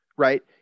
Right